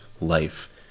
life